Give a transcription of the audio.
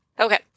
Okay